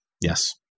Yes